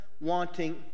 wanting